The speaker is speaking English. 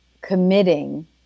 committing